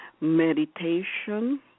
meditation